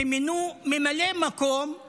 שמינו לממלא מקום את